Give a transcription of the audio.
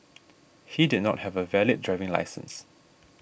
he did not have a valid driving licence